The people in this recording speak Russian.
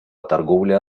торговле